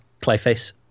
clayface